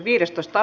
asia